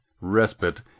respite